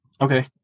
Okay